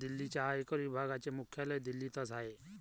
दिल्लीच्या आयकर विभागाचे मुख्यालय दिल्लीतच आहे